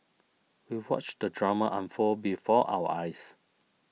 we watched the drama unfold before our eyes